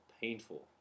painful